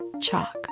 chalk